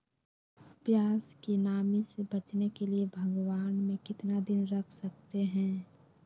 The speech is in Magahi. प्यास की नामी से बचने के लिए भगवान में कितना दिन रख सकते हैं?